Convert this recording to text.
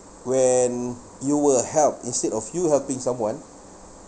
when you will help instead of you helping someone